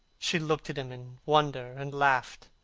she looked at him in wonder and laughed.